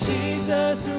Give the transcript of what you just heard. Jesus